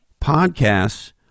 podcasts